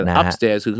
upstairs